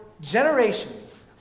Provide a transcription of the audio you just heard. generations